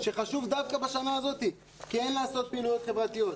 שחשוב דווקא בשנה הזאת כן לעשות פעילויות חברתיות,